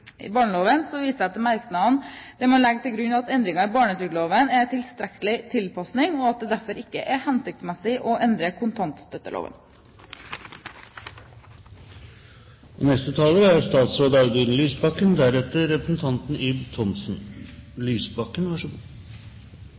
i barneloven, viser jeg til merknadene, der man legger til grunn at endringene i barnetrygdloven er tilstrekkelig tilpasning, og at det derfor ikke er hensiktsmessig å endre kontantstøtteloven.